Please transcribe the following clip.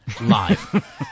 live